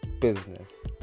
business